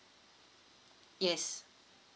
yes